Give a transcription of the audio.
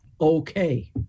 okay